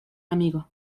amigo